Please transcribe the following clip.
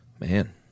Man